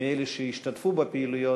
מאלה שהשתתפו בפעילויות,